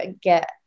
get